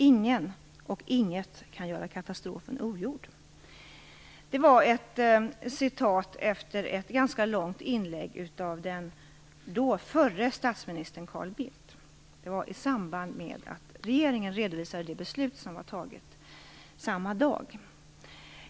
Inget och ingen kan göra katastrofen ogjord." Detta var ett citat ur ett ganska långt inlägg av den förre statsministern Carl Bildt i samband med att regeringen redovisade det beslut som hade fattats samma dag.